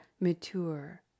mature